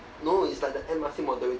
no it's like the